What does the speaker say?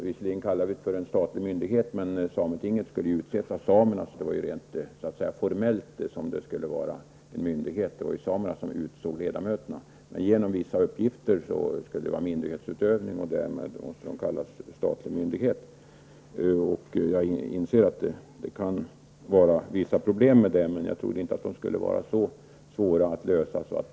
Vi talar om en statlig myndighet. Men sametinget skall, enligt det här förslaget, utses av samerna. Det är därför bara formellt som man talar om en myndighet. Det är samerna som har att utse de här ledamöterna. Men på grund av vissa uppgifter kan man tala om myndighetsutövning. Därmed kan man kalla det här för en statlig myndighet. Jag inser att detta kan vara förenat med vissa problem. Men inte kunde jag tro att det skulle vara så svårt att lösa problemen.